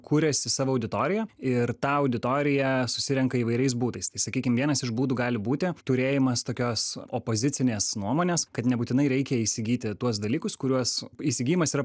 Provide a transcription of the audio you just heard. kuriasi savo auditoriją ir tą auditoriją susirenka įvairiais būdais tai sakykim vienas iš būdų gali būti turėjimas tokios opozicinės nuomonės kad nebūtinai reikia įsigyti tuos dalykus kuriuos įsigijimas yra